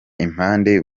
impande